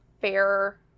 fair